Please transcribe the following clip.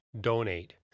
donate